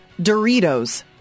Doritos